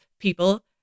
people